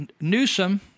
Newsom